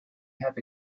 have